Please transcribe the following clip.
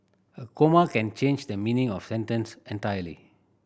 a comma can change the meaning of sentence entirely